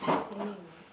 same